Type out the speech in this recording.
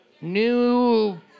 New